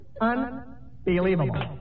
Unbelievable